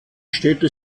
städte